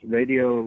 radio